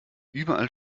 überall